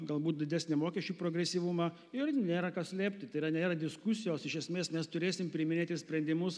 galbūt didesnį mokesčių progresyvumą ir nėra ką slėpti tai yra nėra diskusijos iš esmės nes turėsim priiminėti sprendimus